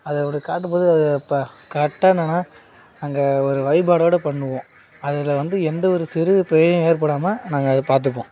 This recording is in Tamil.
அதை அப்படி காட்டும் போது அது என்னென்னா அங்கே ஒரு வழிபடோடு பண்ணுவோம் அதில் வந்து எந்த ஒரு சிறு பிழையும் ஏற்படாமல் நாங்கள் அதை பார்த்துப்போம்